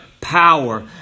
power